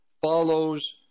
follows